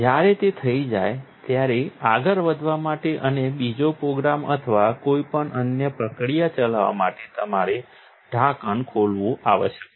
જ્યારે તે થઈ જાય ત્યારે આગળ વધવા માટે અને બીજો પ્રોગ્રામ અથવા કોઈપણ અન્ય પ્રક્રિયા ચલાવવા માટે તમારે ઢાંકણ ખોલવું આવશ્યક છે